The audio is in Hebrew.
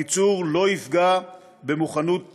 הקיצור לא יפגע במוכנות צה"ל.